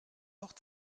auch